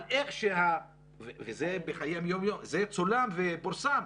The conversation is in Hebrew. וזה צולם ופורסם,